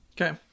Okay